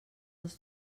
dos